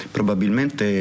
Probabilmente